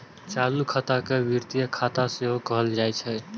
चालू खाता के वित्तीय खाता सेहो कहल जाइ छै